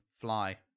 fly